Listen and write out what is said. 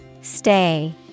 Stay